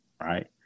Right